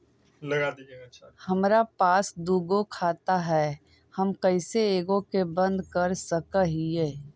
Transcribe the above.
हमरा पास दु गो खाता हैं, हम कैसे एगो के बंद कर सक हिय?